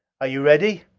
are you ready?